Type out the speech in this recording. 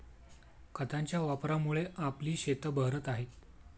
खतांच्या वापरामुळे आपली शेतं बहरत आहेत